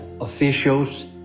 officials